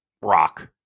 Rock